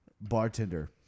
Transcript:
bartender